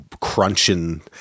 crunching